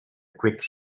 quick